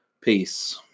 Peace